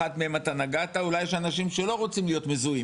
באחת מהן אתה נגעת אולי יש אנשים שלא רוצים להיות מזוהים.